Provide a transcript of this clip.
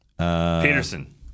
Peterson